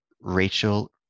Rachel